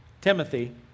Timothy